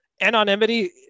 anonymity